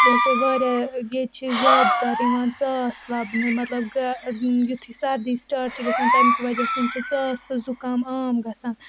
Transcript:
جیسے واریاہ ییٚتہِ چھِ زیادٕ تر یِوان ژاس لَبنہٕ مَطلَب گر یُتھٕے سَردی سِٹاٹ چھِ گَژھان تمکہِ وَجہِ سۭتۍ چھِ ژاس تہٕ زُکام عام گَژھان